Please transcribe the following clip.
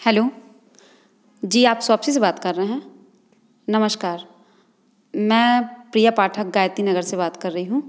hello ji आप Shopsy से बात कर रहे हैं नमस्कार मैं प्रिया पाठक गायत्री नगर से बात कर रही हूँ